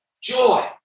joy